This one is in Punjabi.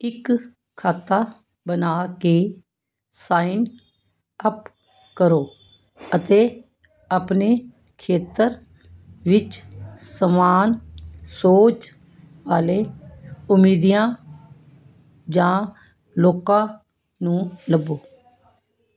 ਇੱਕ ਖਾਤਾ ਬਣਾ ਕੇ ਸਾਈਨ ਅੱਪ ਕਰੋ ਅਤੇ ਆਪਣੇ ਖੇਤਰ ਵਿੱਚ ਸਮਾਨ ਸੋਚ ਵਾਲੇ ਉੱਦਮੀਆਂ ਜਾਂ ਲੋਕਾਂ ਨੂੰ ਲੱਭੋ